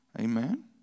Amen